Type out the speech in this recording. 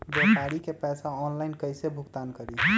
व्यापारी के पैसा ऑनलाइन कईसे भुगतान करी?